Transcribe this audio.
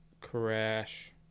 Crash